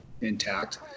intact